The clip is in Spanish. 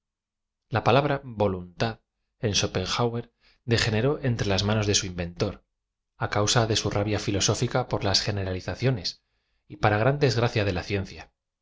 la palabra volu n tad en scho penhauer degeneró entre las manos de su inventor á causa de su rabia ñlosófíca por las generalizaciones y para gran desgracia de la ciencia